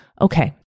Okay